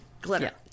Glitter